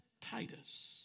Titus